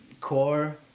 core